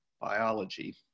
biology